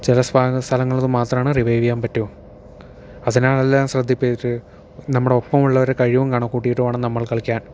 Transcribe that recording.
ചില സ്ഥലങ്ങളത് മാത്രമാണ് റിവൈവ് ചെയ്യാൻ പറ്റൂ അതിനാലെല്ലാം ശ്രദ്ധിച്ചിട്ട് നമ്മുടെ ഒപ്പം ഉള്ളവരുടെ കഴിവും കണക്കുകൂട്ടിയിട്ട് വേണം കളിയ്ക്കാൻ